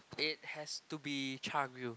it has to be Char Grill